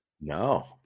no